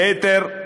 ליתר,